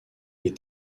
les